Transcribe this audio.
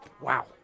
wow